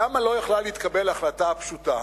למה לא יכולה היתה להתקבל החלטה פשוטה